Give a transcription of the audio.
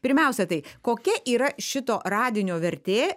pirmiausia tai kokia yra šito radinio vertė